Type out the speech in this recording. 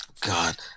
God